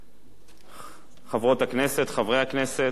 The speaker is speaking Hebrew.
תודה רבה, חברות הכנסת, חברי הכנסת,